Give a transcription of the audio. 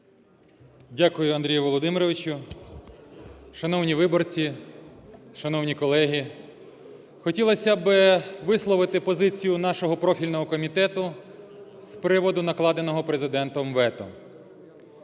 Дякую, Андрію Володимировичу. Шановні виборці, шановні колеги, хотілося б висловити позицію нашого профільного комітету з приводу накладеного Президентом вето.